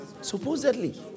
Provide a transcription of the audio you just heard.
Supposedly